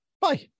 Bye